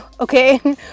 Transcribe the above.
Okay